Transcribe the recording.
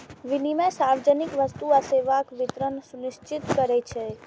विनियम सार्वजनिक वस्तु आ सेवाक वितरण सुनिश्चित करै छै